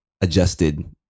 adjusted